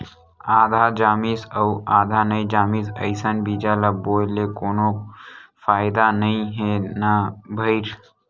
आधा जामिस अउ आधा नइ जामिस अइसन बीजा ल बोए ले कोनो फायदा नइ हे न भईर